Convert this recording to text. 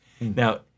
Now